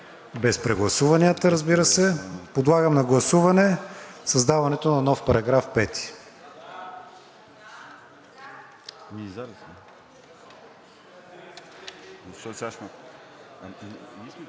без прегласуванията, разбира се. Подлагам на гласуване създаването на нов § 5.